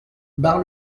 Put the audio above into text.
bar